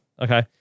Okay